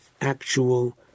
actual